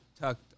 tucked